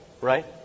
right